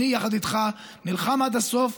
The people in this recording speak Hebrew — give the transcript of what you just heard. אני יחד איתך נלחם עד הסוף,